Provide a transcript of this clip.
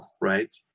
right